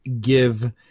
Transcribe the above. give